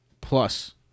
plus